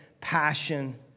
passion